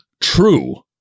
true